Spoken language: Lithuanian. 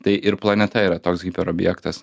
tai ir planeta yra toks hiperobjektas